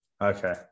okay